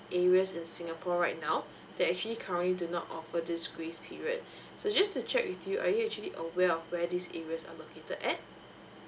areas in singapore right now that actually currently do not offer a disgrace period so just to check with you are you actually aware of where these areas are located at